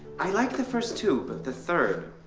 i like the first two, but the third.